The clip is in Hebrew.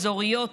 אזוריות,